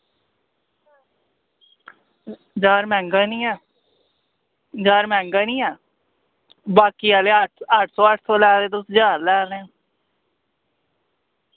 ज्हार मैहंगा नी ऐ ज्हार मैहंगा नी ऐ बाकी आह्ले अट्ठ अट्ठ सौ अट्ठ सौ लै दे तुस ज्हार लै ने